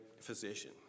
physician